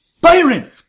Byron